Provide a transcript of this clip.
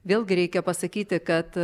vėlgi reikia pasakyti kad